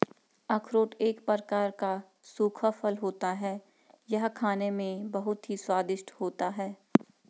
अखरोट एक प्रकार का सूखा फल होता है यह खाने में बहुत ही स्वादिष्ट होता है